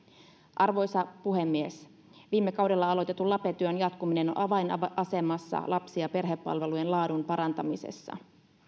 arvoisa puhemies viime kaudella aloitetun lape työn jatkuminen on avainasemassa lapsi ja perhepalvelujen laadun parantamisessa